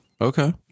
Okay